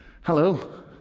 Hello